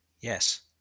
yes